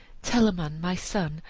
telamon, my son,